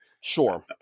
sure